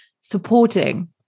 supporting